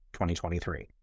2023